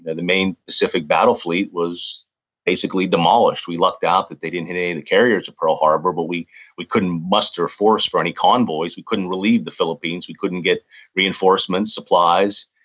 and the main pacific battle fleet was basically demolished. we lucked out that they didn't hit any of the carriers at pearl harbor, but we we couldn't muster force for any convoys. we couldn't relieve the philippines. we couldn't get reinforcements, supplies.